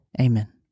Amen